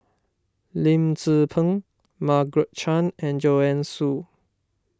Lim Tze Peng Margaret Chan and Joanne Soo